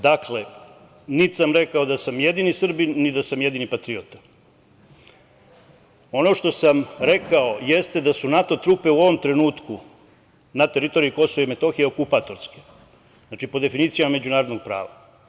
Dakle, niti sam rekao da sam jedini Srbin, ni da sam jedini patriota, ono što sam rekao jeste da su NATO trupe, u ovom trenutku, na teritoriji KiM okupatorske, znači, po definicijama međunarodnog prava.